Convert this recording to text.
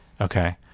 Okay